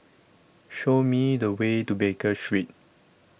Show Me The Way to Baker Street